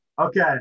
Okay